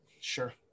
Sure